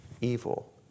evil